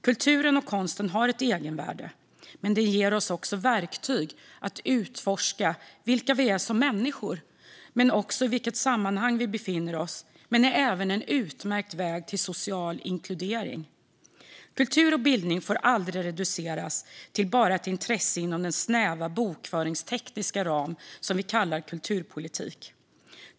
Kulturen och konsten har ett egenvärde, men de ger oss också verktyg att utforska vilka vi är som människor och i vilket sammanhang vi befinner oss. De är även en utmärkt väg till social inkludering. Kultur och bildning får aldrig reduceras till bara ett intresse inom den snäva bokföringstekniska ram vi kallar kulturpolitik.